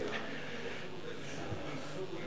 אולי תציע שיתחילו בניסוי באחד המקומות.